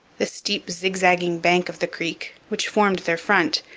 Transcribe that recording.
the steep zigzagging bank of the creek, which formed their front,